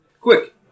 Quick